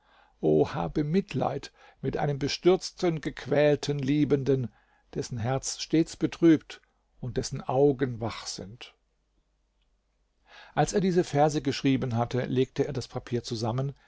o habe mitleid mit einem bestürzten gequälten liebenden dessen herz stets betrübt und dessen augen wach sind als er diese verse geschrieben hatte legte er das papier zusammen